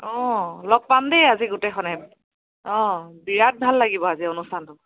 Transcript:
অঁ লগ পাম দেই আজি গোটেইখনে অঁ বিৰাট ভাল লাগিব আজি অনুষ্ঠানটো